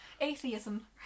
Atheism